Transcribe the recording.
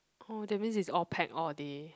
oh that means it's all pack all day